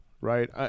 right